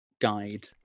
guide